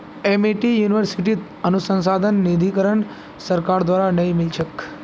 Amity यूनिवर्सिटीत अनुसंधान निधीकरण सरकार द्वारा नइ मिल छेक